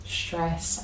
stress